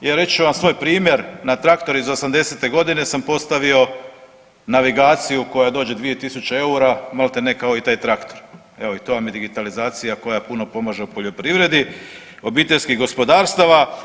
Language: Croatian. jer reći ću vam svoj primjer, na traktor iz '80. g. sam postavio navigaciju koja dođe 2 tisuće eura, maltene kao i taj traktor, evo i to vam je digitalizacija koja puno pomaže u poljoprivredi obiteljskih gospodarstava.